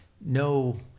No